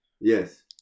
yes